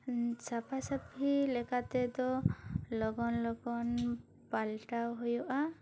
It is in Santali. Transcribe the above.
ᱥᱟᱯᱷᱟ ᱥᱟᱯᱷᱤ ᱞᱮᱠᱟ ᱛᱮᱫᱚ ᱞᱚᱜᱚᱱ ᱞᱚᱜᱚᱱ ᱯᱟᱞᱴᱟᱣ ᱦᱩᱭᱩᱜᱼᱟ